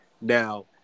Now